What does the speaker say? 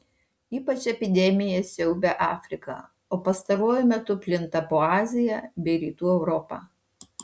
ypač epidemija siaubia afriką o pastaruoju metu plinta po aziją bei rytų europą